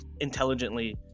intelligently